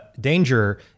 danger